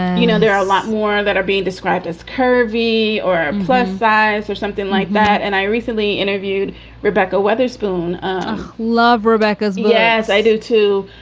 you know, there are a lot more that are being described as curvy or plus size or something like that. and i recently interviewed rebecca wetherspoon, a love rebekah's. yes, i do, too.